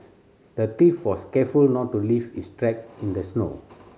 the thief was careful not to leave his tracks in the snow